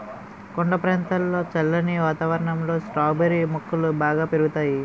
కొండ ప్రాంతంలో చల్లని వాతావరణంలో స్ట్రాబెర్రీ మొక్కలు బాగా పెరుగుతాయి